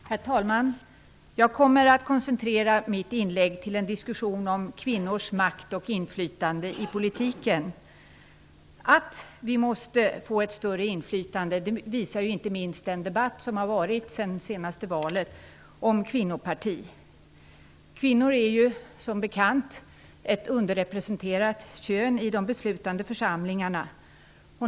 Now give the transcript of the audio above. Herr talman! Jag kommer att koncentrera mitt inlägg till en diskussion om kvinnors makt och inflytande i politiken. Att vi måste få ett större inflytande visar inte minst den debatt som sedan senaste valet har förts om ett kvinnoparti. Kvinnor är som bekant ett underrepresenterat kön i de beslutande församlingarna.